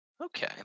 Okay